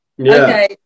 Okay